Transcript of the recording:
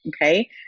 Okay